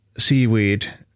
Seaweed